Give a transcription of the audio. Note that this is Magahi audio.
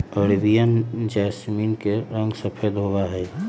अरेबियन जैसमिन के रंग सफेद होबा हई